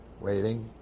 Waiting